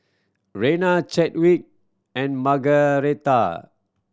Rena Chadwick and Margaretha